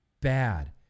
bad